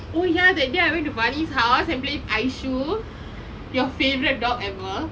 oh ya that day I went to bali's house and we played with ishu your favourite dog ever